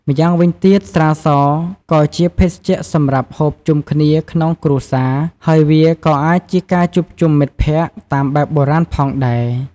ម្យ៉ាងវិញទៀត ស្រាសក៏ជាភេសជ្ជៈសម្រាប់ ហូបជុំគ្នាក្នុងគ្រួសារ ហើយវាក៏អាចជាការជួបជុំមិត្តភក្តិតាមបែបបុរាណផងដែរ។